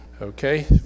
Okay